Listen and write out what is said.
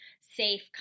safe